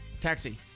Taxi